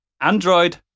Android